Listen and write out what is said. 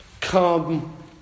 come